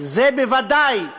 זה בוודאי עוזר.